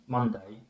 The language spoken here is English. Monday